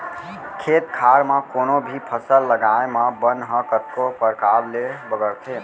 खेत खार म कोनों भी फसल लगाए म बन ह कतको परकार ले बगरथे